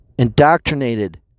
Indoctrinated